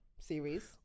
series